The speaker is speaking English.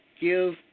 give